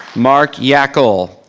mark yockel.